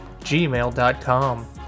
gmail.com